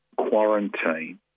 quarantine